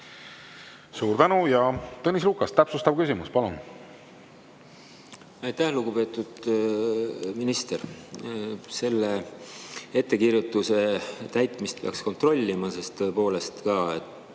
Suur tänu! Tõnis Lukas, täpsustav küsimus, palun! Aitäh, lugupeetud minister! Selle ettekirjutuse täitmist peaks kontrollima, sest tõepoolest,